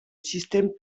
système